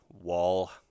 wall